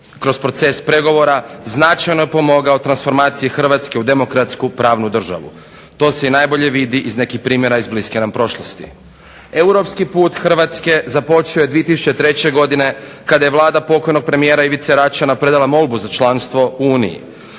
kroz proces pregovora značajno pomogao u transformaciji Hrvatske u demokratsku pravnu državu. To se i najbolje vidi iz nekih primjera iz bliske nam prošlosti. Europski put Hrvatske započeo je 2003. godine kada je Vlada pokojnog premijera Ivice Račana predala molbu za članstvo u Uniji.